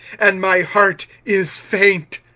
and my heart is faint.